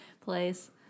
place